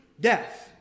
death